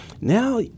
now